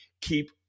keep